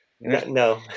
no